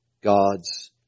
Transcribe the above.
God's